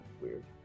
weird